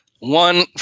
One